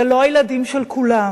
זה לא הילדים של כולם.